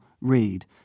read